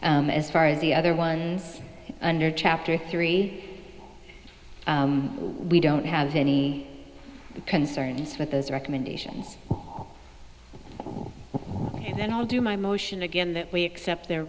that as far as the other ones under chapter three we don't have any concerns with those recommendations and then i'll do my motion again that we accept their